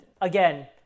again